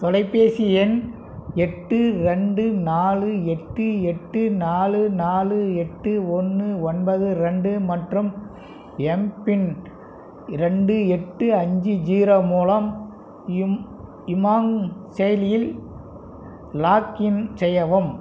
தொலைபேசி எண் எட்டு ரெண்டு நாலு எட்டு எட்டு நாலு நாலு எட்டு ஒன்று ஒன்பது ரெண்டு மற்றும் எம்பின் ரெண்டு எட்டு அஞ்சு ஜீரோ மூலம் யுமாங் செயலியில் லாக்இன் செய்யவும்